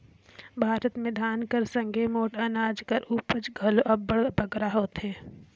भारत में धान कर संघे मोट अनाज कर उपज घलो अब्बड़ बगरा होथे